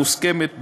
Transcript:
מוסכמת,